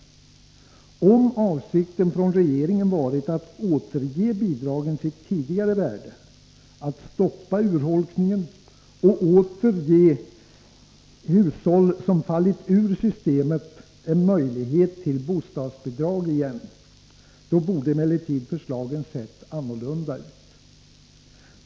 Om regeringens avsikt varit att återge bidragen deras tidigare värde, att stoppa urholkningen och åter ge hushåll som fallit ur systemet en möjlighet att på nytt få bostadsbidrag, borde emellertid förslagen ha sett annorlunda ut.